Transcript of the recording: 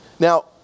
Now